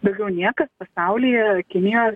daugiau niekas pasaulyje kinija